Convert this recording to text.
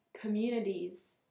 communities